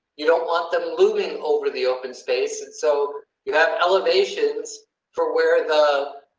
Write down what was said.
you don't want them moving over the open space and so you have elevations for where the,